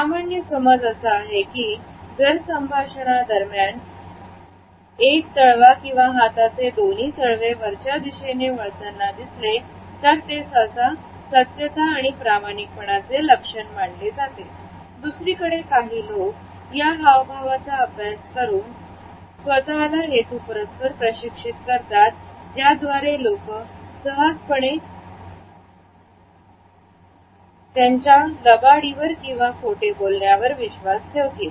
सामान्य समज असा आहे की जर संभाषण दरम्यान एक कळवा किंवा हाताचे दोन्ही तळवे वरच्या दिशेने वळतांना दिसले तर ते सहसा सत्यता आणि प्रामाणिकपणाचे लक्षण मानले जाते दुसरीकडे काही लोक या हावभावाचा अभ्यास करून या स्वतःला हेतूपुरस्पर प्रशिक्षित करतात ज्याद्वारे लोक सहजपणे त्यांच्या लबाडी वर किंवा खोटे बोलल्यावर विश्वास ठेवतील